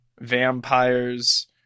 vampires